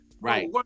Right